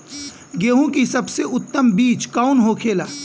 गेहूँ की सबसे उत्तम बीज कौन होखेला?